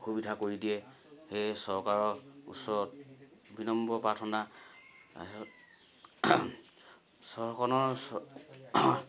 সুবিধা কৰি দিয়ে সেয়ে চৰকাৰৰ ওচৰত বিনম্ৰ প্ৰাৰ্থনা তাৰপিছত চহৰখনৰ